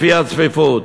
לפי הצפיפות,